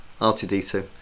R2D2